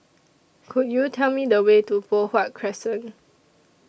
Could YOU Tell Me The Way to Poh Huat Crescent